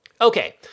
Okay